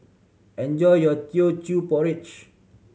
enjoy your Teochew Porridge